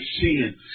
sin